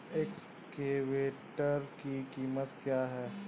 Excavator की कीमत क्या है?